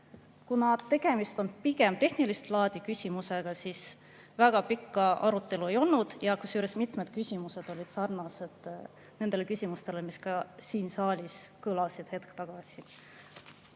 Kuna tegemist on pigem tehnilist laadi küsimusega, siis väga pikka arutelu ei olnud, kusjuures mitmed küsimused olid sarnased nende küsimustega, mis siin saalis hetk tagasi